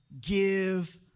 Give